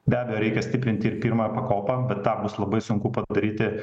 be abejo reikia stiprinti ir pirmąją pakopą bet tą bus labai sunku padaryti